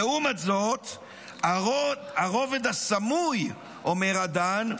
לעומת זאת, הרובד הסמוי, אומר אדן,